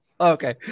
okay